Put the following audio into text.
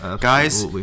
Guys